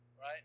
Right